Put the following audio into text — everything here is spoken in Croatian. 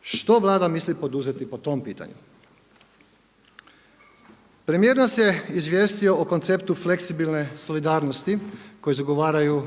Što Vlada misli poduzeti po tom pitanju? Premijer nas je izvijestio o konceptu fleksibilne solidarnosti koje zagovaraju